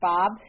Bob